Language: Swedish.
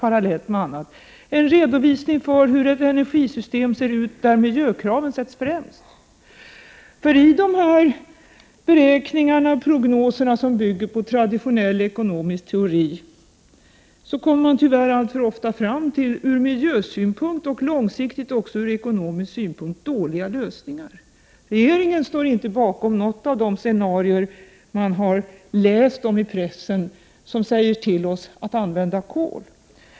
Vi skall inte vänta med detta till 1990, utan det är ett arbete som snabbt skall göras parallellt med annat arbete. I de beräkningar och prognoser som bygger på traditionell ekonomisk teori kommer man tyvärr alltför ofta fram till från miljösynpunkt och långsiktigt också från ekonomisk synpunkt dåliga lösningar. Regeringen står inte bakom något av de scenarion vi kunnat läsa om i pressen och som säger att vi skall använda kol.